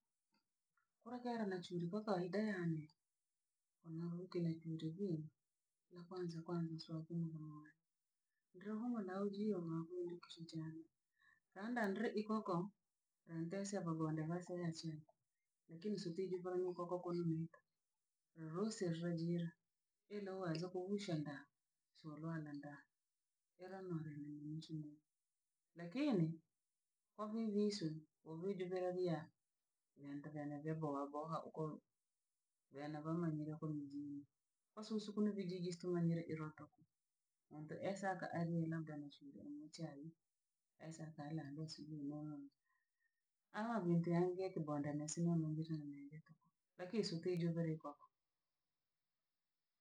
Kuri keera na chuuri kwakawaida yane, koo navukire, na kwanza kwanza nswa nkumulula. Ndrohomo na ujio no ounkusi ntioni. Laanda ndree ikoko, lantesia vabonde vaseya nchwi, lakini switi jivongo koko kuliviri, voruse jweriiri, ilonuwezo kuvushinda, solwanda ndaa, ila. Lakini, ovivisu wovidumila ria, vintu vyene vyaboha boha ukolu, vyena vamanyire uko mjini, koo susu kunu kijiji stumanyire iro, muntu esaka arie labda mshindie munchai, esaka elambo asu, awawinti ange kibonde ni simu, lakini suke juvele koko.